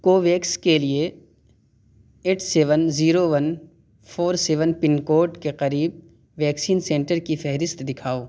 Covax کے لیے eight seven zero one four seven pin code کے قریب ویکسین سنٹر کی فہرست دکھاؤ